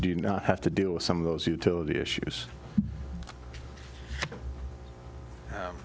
you not have to deal with some of those utility issues